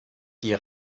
die